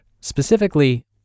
Specifically